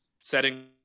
setting